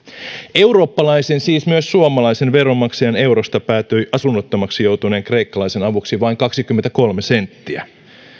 eurooppalaisen siis myös suomalaisen veronmaksajan eurosta päätyi asunnottomaksi joutuneen kreikkalaisen avuksi vain kaksikymmentäkolme senttiä